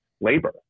labor